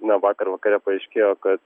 na vakar vakare paaiškėjo kad